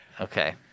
Okay